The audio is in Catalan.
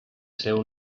seu